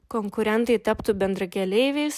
konkurentai taptų bendrakeleiviais